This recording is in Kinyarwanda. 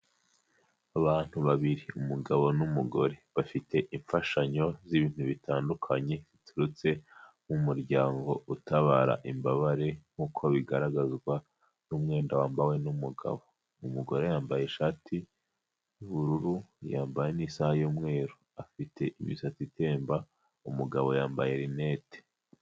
Abantu babiri umugabo n'umugore bafite imfashanyo z'ibintu bitandukanye ziturutse mu muryango utabara imbabare nk'uko bigaragazwa n'umwenda wambawe n'umugabo, umugore yambaye ishati y'ubururu yambaye isaha y'umweru afite imisatsi itemba, umugabo yambaye rinete.